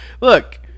Look